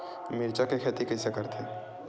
मिरचा के खेती कइसे करथे?